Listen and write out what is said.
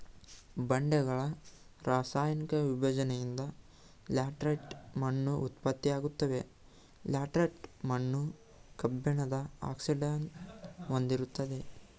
ಬಂಡೆಗಳ ರಾಸಾಯನಿಕ ವಿಭಜ್ನೆಯಿಂದ ಲ್ಯಾಟರೈಟ್ ಮಣ್ಣು ಉತ್ಪತ್ತಿಯಾಗ್ತವೆ ಲ್ಯಾಟರೈಟ್ ಮಣ್ಣು ಕಬ್ಬಿಣದ ಆಕ್ಸೈಡ್ನ ಹೊಂದಿರ್ತದೆ